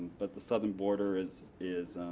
but the southern border is is